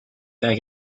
back